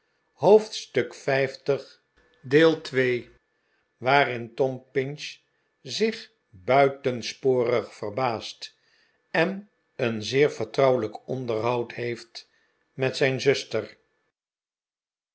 hoofdstuk l waarin tom pinch zich buitensporig verbaast en een zeer vertrouwelijk onderhoud heeft met zijn zuster